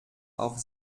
auf